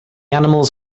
animals